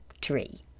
tree